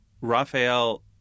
Raphael